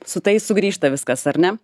su tai sugrįžta viskas ar ne